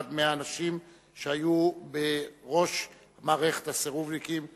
כאחד האנשים שהיו בראש מערכת הסירובניקים,